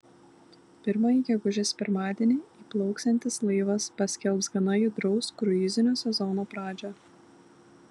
pirmąjį gegužės pirmadienį įplauksiantis laivas paskelbs gana judraus kruizinio sezono pradžią